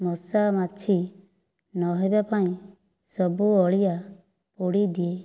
ମଶା ମାଛି ନ ହବା ପାଇଁ ସବୁ ଅଳିଆ ପୋଡ଼ିଦିଏ